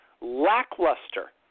lackluster